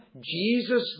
Jesus